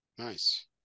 Nice